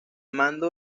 mando